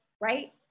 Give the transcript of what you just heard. right